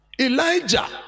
Elijah